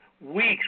weeks